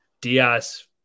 Diaz